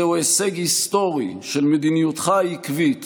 זהו הישג היסטורי של מדיניותך העקבית,